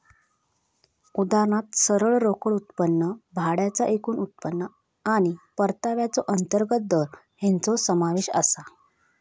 उदाहरणात सरळ रोकड उत्पन्न, भाड्याचा एकूण उत्पन्न आणि परताव्याचो अंतर्गत दर हेंचो समावेश आसा